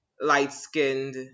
light-skinned